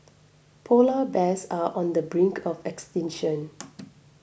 Polar Bears are on the brink of extinction